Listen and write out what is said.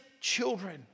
children